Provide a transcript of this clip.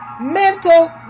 Mental